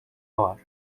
var